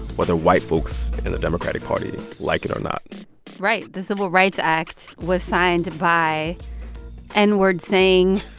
whether white folks in the democratic party like it or not right. the civil rights act was signed by n-word-saying.